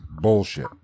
bullshit